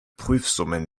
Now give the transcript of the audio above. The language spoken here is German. prüfsumme